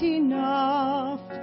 enough